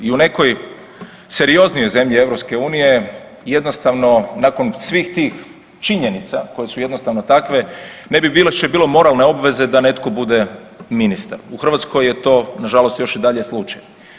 I u nekoj serioznijoj zemlji EU jednostavno nakon svih tih činjenica koje su jednostavno takve ne bi bilo više moralne obveze da netko bude ministar, u Hrvatskoj je to nažalost još i dalje slučaj.